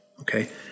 okay